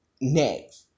next